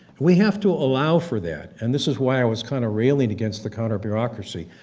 we have to allow for that, and this is why i was kind of railing against the counter-bureaucracy.